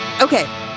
Okay